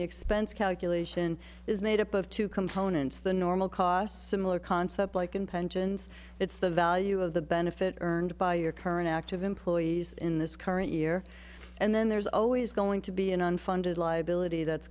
the expense calculation is made up of two components the normal cost similar concept like an pensions it's the value of the benefit earned by your current active employees in this current year and then there's always going to be an unfunded liability that's